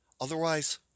Otherwise